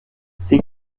sie